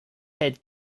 head